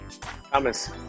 Thomas